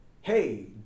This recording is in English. hey